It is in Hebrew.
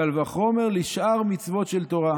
קל וחומר לשאר מצוות של תורה,